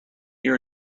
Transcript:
your